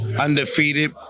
undefeated